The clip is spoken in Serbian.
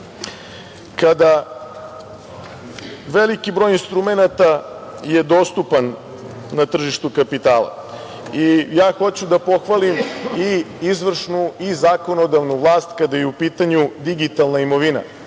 veliki broj instrumenata je dostupan na tržištu kapitala i ja hoću da pohvalim i izvršnu i zakonodavnu vlast kada je u pitanju digitalna imovina.